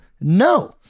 No